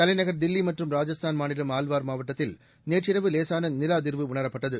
தலைநகர் தில்லி மற்றும் ராஜஸ்தான் மாநிலம் ஆல்வார் மாவட்டத்தில் நேற்றிரவு லேசான நில அதிர்வு உணரப்பட்டது